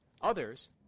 Others